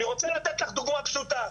אני רוצה לתת לך דוגמה פשוטה,